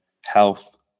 health